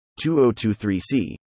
2023c